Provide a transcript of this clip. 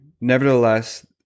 Nevertheless